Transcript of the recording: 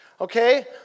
Okay